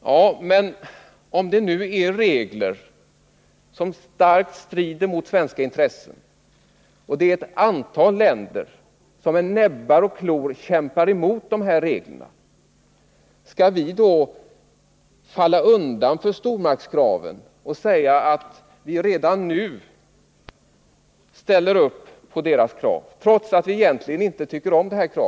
Ja, men om det nu är regler som starkt strider mot svenska intressen och om ett antal länder med näbbar och klor kämpar emot de här reglerna, skall vi då falla undan för stormaktskraven och säga att vi redan nu ställer upp på deras krav, trots att vi egentligen inte tycker om det?